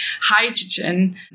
hydrogen